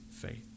faith